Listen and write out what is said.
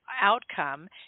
outcome